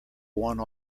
one